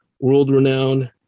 world-renowned